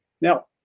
Now